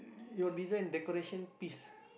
your design decoration piece